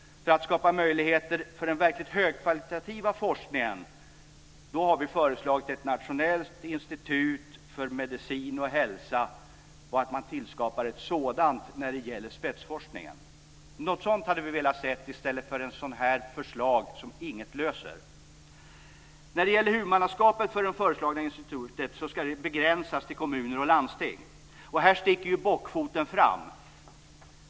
För att skapa möjligheter för den verkligt högkvalitativa forskningen har vi föreslagit att man tillskapar ett nationellt institut för medicin och hälsa när det gäller spetsforskningen. Något sådant hade vi velat se i stället för ett förslag som inget löser. Huvudmannaskapet för det föreslagna institutet ska begränsas till kommuner och landsting. Här sticker bockfoten fram.